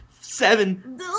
seven